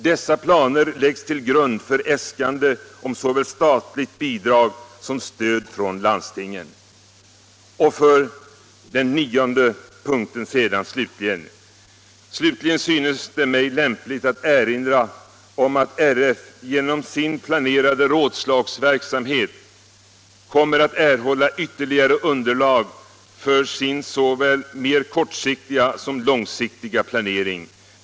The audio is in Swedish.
Dessa planer läggs till grund för äskande om såväl statligt bidrag som stöd från landstingen. 9. Slutligen synes det mig lämpligt att erinra om att RF genom sin planerade rådslagsverksamhet kommer att erhålla ytterligare underlag för sin såväl mera kortsiktiga som långsiktiga planering.